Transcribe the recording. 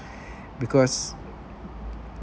because